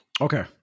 Okay